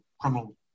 criminal